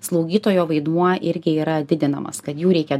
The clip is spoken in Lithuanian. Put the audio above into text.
slaugytojo vaidmuo irgi yra didinamas kad jų reikia